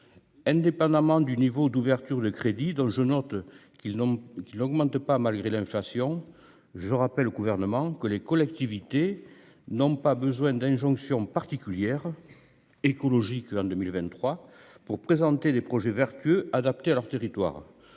indépendamment du niveau d'ouverture de crédits dont je note qu'ils n'ont qu'il augmente pas malgré l'inflation je rappelle au gouvernement que les collectivités n'ont pas besoin d'injonction particulière écologique en 2023 pour présenter les projets vertueux adaptées à leur territoire,